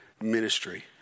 ministry